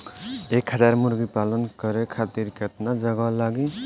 एक हज़ार मुर्गी पालन करे खातिर केतना जगह लागी?